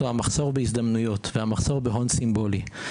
"מחסור בהזדמנויות" ומחסור בהון סימבולי.